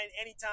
anytime